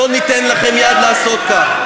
לא ניתן לכם יד לעשות כך,